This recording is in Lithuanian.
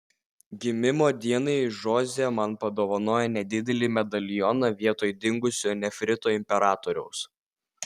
gimimo dienai žoze man padovanojo nedidelį medalioną vietoj dingusio nefrito imperatoriaus